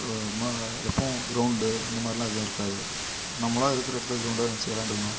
எப்பவும் கிரவுண்டு அந்த மாதிரிலாம் எதுவும் இருக்காது நம்மளாக இருக்கிற இடத்த கிரவுண்டாக நெனைச்சி விளாண்டுக்கணும்